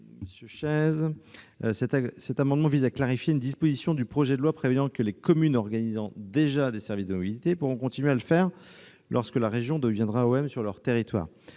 n° 507 rectifié vise à clarifier une disposition du projet de loi prévoyant que les communes organisant déjà des services de mobilité pourront continuer à le faire lorsque la région deviendra AOM sur leur territoire.